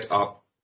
up